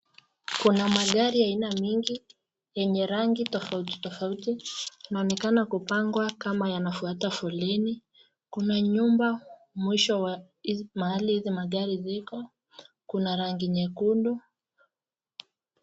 Kuna magari aina nyingi yenye rangi tofauti tofauti. Inaonekana kupangwa kama yanafuata foleni. Kuna nyumba mwisho mahali hizi magari ziko. Kuna rangi nyekundu.